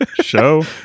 show